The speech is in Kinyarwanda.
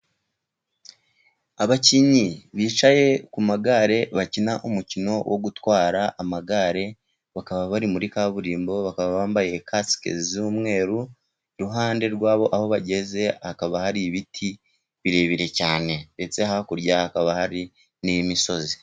Abakinnyi bicaye ku magare bakina umukino wo gutwara amagare, bakaba bari muri kaburimbo, bakaba bambaye kasike z'umweru, ku ruhande rwabo aho bageze hakaba hari ibiti birebire cyane. Ndetse hakurya hakaba hari n'imisozi.